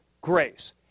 grace